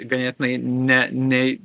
ganėtinai ne nei